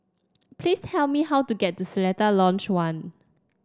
please tell me how to get to Seletar Lodge One